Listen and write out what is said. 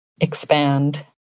expand